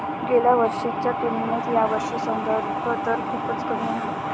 गेल्या वर्षीच्या तुलनेत यावेळी संदर्भ दर खूपच कमी आहे